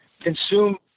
consume